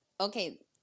okay